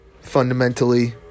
fundamentally